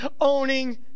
owning